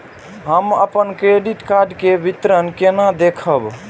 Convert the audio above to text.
हम अपन credit card के विवरण केना देखब?